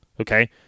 okay